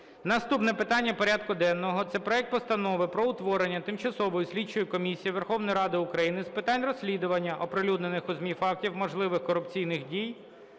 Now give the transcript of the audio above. Наступне питання порядку денного – це проект Постанови про утворення Тимчасової слідчої комісії Верховної Ради України з питань розслідування оприлюднених у ЗМІ фактів можливих корупційних дій